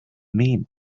mean